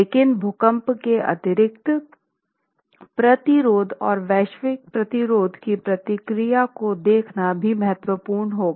लेकिन भूकंप के अतिरिक्त प्रतिरोध और वैश्विक प्रतिरोध की प्रतिक्रिया को देखना भी महत्वपूर्ण होगा